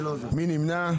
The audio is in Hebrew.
מי נמנע?